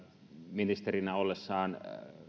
ministerinä ollessaan